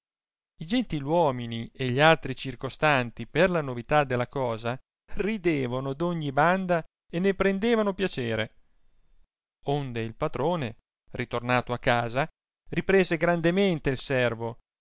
i gentiluomini e gli altri circostanti per la novità della cosa ridevano d'ogni banda e ne prendevano piacere onde il patrone ritornato a casa riprese grandemente il servo